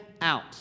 out